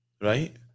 Right